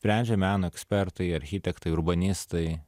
sprendžia meno ekspertai architektai urbanistai